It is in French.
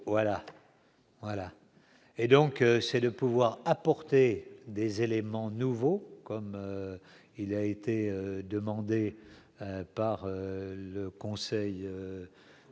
voilà et donc c'est de pouvoir apporter des éléments nouveaux, comme il a été demandé par le Conseil